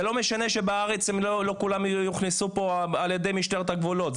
זה לא משנה שבארץ לא כולם יוכנסו פה על ידי משטרת הגבולות,